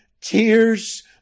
tears